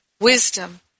wisdom